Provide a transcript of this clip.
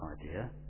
idea